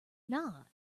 not